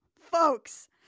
folks